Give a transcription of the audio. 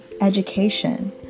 education